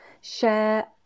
share